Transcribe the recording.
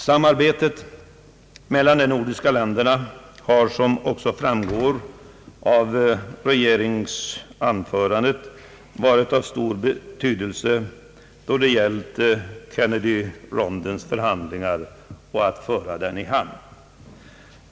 Samarbetet mellan de nordiska länderna har, vilket också framgår av regeringsdeklarationen, varit av stor betydelse då det gällt att föra Kennedyrondens förhandlingar i hamn.